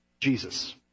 Jesus